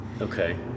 Okay